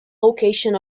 location